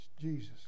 Jesus